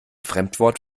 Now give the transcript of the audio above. fremdwort